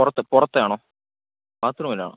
പുറത്ത് പുറത്തെയാണോ ബാത്ത് റൂമിലാണോ